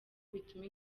bituma